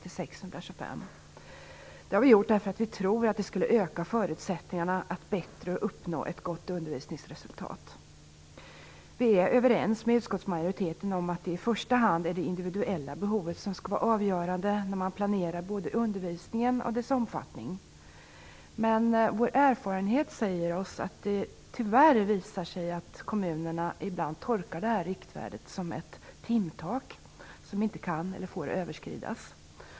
Vi har gjort det därför att vi tror att det skulle öka förutsättningarna att uppnå ett gott undervisningsresultat. Vi är överens med utskottsmajoriteten om att det i första hand är det individuella behovet som skall vara avgörande, både för planeringen av undervisningen och för dennas omfattning. Men vår erfarenhet säger oss att kommunerna ibland tyvärr tolkar detta riktvärde som ett timtak, som inte kan eller får överskridas.